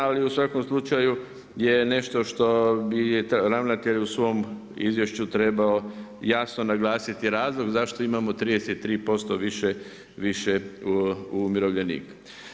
Ali u svakom slučaju je nešto što bi ravnatelj u svom izvješću trebao jasno naglasiti razlog zašto imamo 33% više umirovljenika.